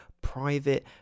private